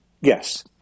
Yes